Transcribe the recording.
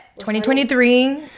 2023